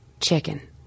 Chicken